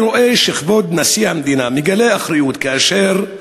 אני רואה שכבוד נשיא המדינה מגלה אחריות כאשר הוא